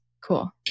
Cool